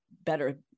better